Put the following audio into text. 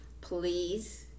please